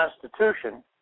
Constitution